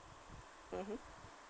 mmhmm